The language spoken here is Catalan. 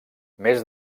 més